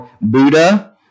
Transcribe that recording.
Buddha